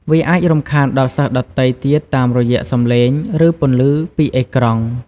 វាអាចរំខានដល់សិស្សដទៃទៀតតាមរយៈសំឡេង ឬពន្លឺពីអេក្រង់។